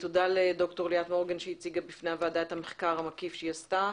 תודה לד"ר ליאת מורגן שהציגה בפני הוועדה את המחקר המקיף שהיא עשתה.